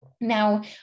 Now